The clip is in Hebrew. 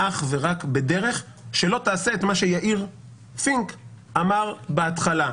רק בדרך שלא תעשה את מה שיאיר פינק אמר בהתחלה.